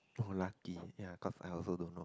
oh lucky cause ya I also don't know